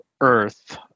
Earth